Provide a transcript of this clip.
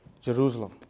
Jerusalem